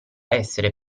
essere